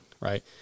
right